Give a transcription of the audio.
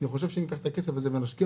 אני חושב שאם נשקיע את הכסף הזה פה בארץ